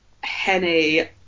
Henny